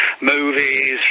movies